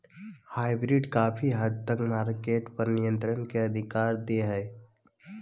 hybrid काफी हद तक मार्केट पर नियन्त्रण के अधिकार दे हय